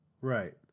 Right